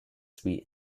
sweet